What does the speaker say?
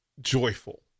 joyful